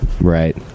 Right